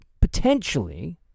potentially